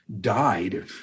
died